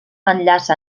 enllaça